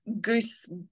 goose